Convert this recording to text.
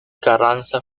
carranza